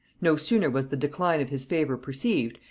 no sooner was the decline of his favor perceived,